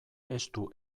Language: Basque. estu